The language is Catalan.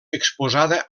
exposada